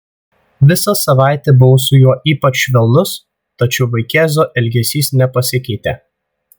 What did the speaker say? visą savaitę buvau su juo ypač švelnus tačiau vaikėzo elgesys nepasikeitė